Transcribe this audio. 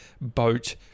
boat